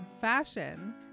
fashion